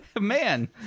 man